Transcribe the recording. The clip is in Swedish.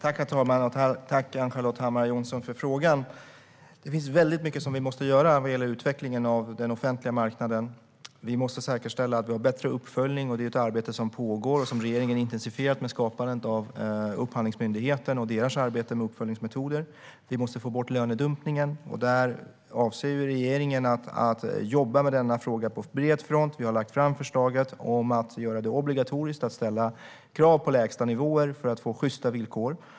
Herr talman! Tack, Ann-Charlotte Hammar Johnsson, för frågan! Det finns väldigt mycket som vi måste göra när det gäller utvecklingen av den offentliga marknaden. Vi måste säkerställa att vi har bättre uppföljning. Det är ett arbete som pågår och som regeringen har intensifierat, med skapandet av Upphandlingsmyndigheten och deras arbete med uppföljningsmetoder. Vi måste få bort lönedumpningen. Där avser regeringen att jobba med frågan på bred front. Vi har lagt fram förslaget att göra det obligatoriskt att ställa krav på lägsta nivåer, för att få sjysta villkor.